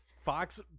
Fox